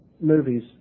movies